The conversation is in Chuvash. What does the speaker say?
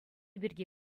пирки